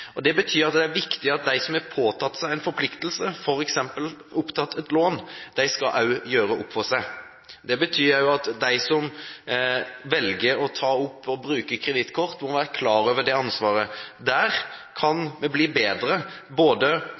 Det betyr at det er viktig at de som har påtatt seg en forpliktelse, f.eks. tatt opp et lån, også skal gjøre opp for seg. Det betyr at de som velger å bruke kredittkort, må være klar over ansvaret. Der kan både långivere og det offentlige bli bedre